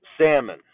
salmon